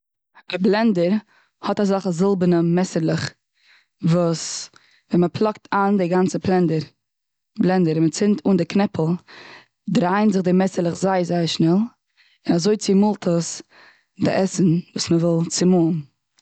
א בלענדער האט אזעלכע זילבערנע מעסערלעך, וואס ווען מ'פלאגט איין די גאנצע בלענדער, בלענדער און מ'צינדט אן די קנעפל דרייען זיך די מעסערלעך זייער זייער שנעל און אזוי צומאלט עס די עסן, וואס מ'וויל צומאלן.